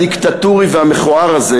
הדיקטטורי והמכוער הזה,